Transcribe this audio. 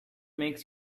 makes